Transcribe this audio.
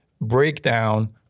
breakdown